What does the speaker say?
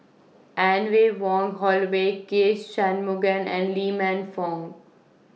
Anne Ray Wong Holloway K Shanmugam and Lee Man Fong